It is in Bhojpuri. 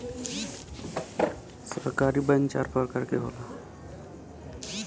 सहकारी बैंक चार परकार के होला